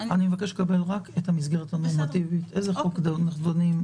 אני מבקש לקבל רק את המסגרת הנורמטיבית: באיזה חוק אנחנו דנים,